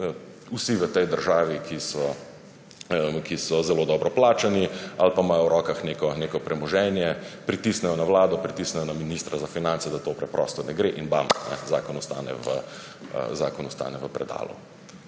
vsi v tej državi, ki so zelo dobro plačani ali pa imajo v rokah neko premoženje, pritisnejo na vlado, pritisnejo na ministra za finance, da to preprosto ne gre in – bam, zakon ostane v predalu.